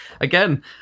again